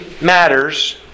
matters